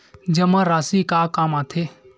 जमा राशि का काम आथे?